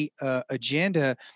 Agenda